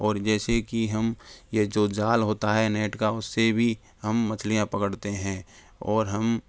और जैसे कि हम ये जो जाल होता है नेट का उससे भी हम मछलियाँ पकड़ते हैं और हम